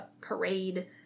parade